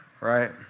right